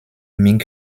ming